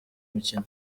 mukino